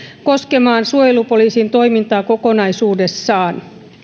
koskemaan suojelupoliisin toimintaa kokonaisuudessaan